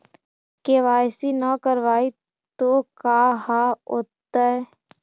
KYC न करवाई तो का हाओतै?